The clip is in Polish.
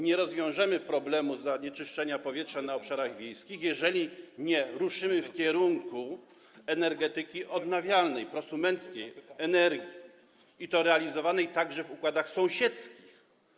Nie rozwiążemy bowiem problemu zanieczyszczenia powietrza na obszarach wiejskich, jeżeli nie ruszymy w kierunku energetyki odnawialnej, energii prosumenckiej, i to realizowanej także w układach sąsiedzkich.